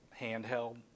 handheld